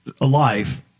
alive